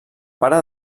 pare